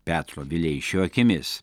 petro vileišio akimis